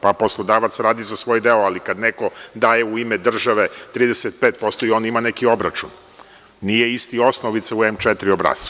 Pa, poslodavac radi za svoj deo, ali kada neko daje u ime države 35% i on ima neki obračun, nije ista osnovica u M4 obrascu.